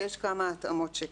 כי יש כמה התאמות שכן.